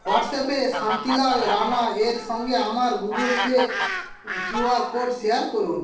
হোয়াটস অ্যাপে শান্তিলাল রাণা এর সঙ্গে আমার Google Pay Q R code share করুন